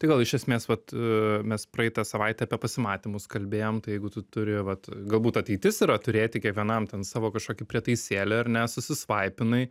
tai gal iš esmės vat mes praeitą savaitę apie pasimatymus kalbėjom tai jeigu tu turi vat galbūt ateitis yra turėti kiekvienam ten savo kažkokį prietaisėlį ar ne susisvaipinai